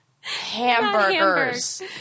hamburgers